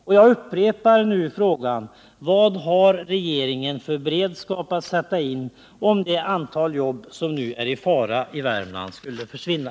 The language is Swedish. Och jag upprepar frågan: Vad har regeringen för beredskap att sätta in om det antal jobb som nu är i fara i Värmland skulle försvinna?